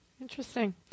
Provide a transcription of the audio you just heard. Interesting